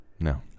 No